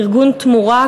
ארגון "תמורה",